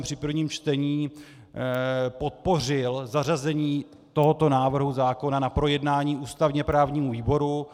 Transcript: Při prvním čtení jsem podpořil zařazení tohoto návrhu zákona na projednání ústavněprávnímu výboru.